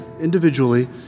individually